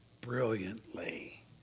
brilliantly